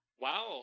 Wow